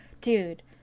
dude